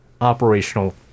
operational